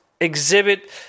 exhibit